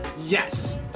Yes